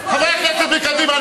חברי הכנסת מקדימה,